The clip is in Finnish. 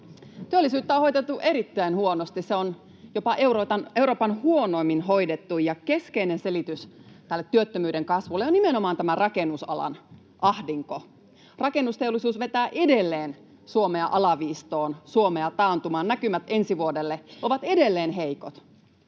Työllisyyttä on hoidettu erittäin huonosti. Se on jopa Euroopan huonoimmin hoidettu, ja keskeinen selitys tälle työttömyyden kasvulle on nimenomaan tämän rakennusalan ahdinko. Rakennusteollisuus vetää edelleen Suomea alaviistoon, Suomea taantumaan. Näkymät ensi vuodelle ovat edelleen heikot.